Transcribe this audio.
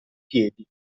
piedi